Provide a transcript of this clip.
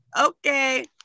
okay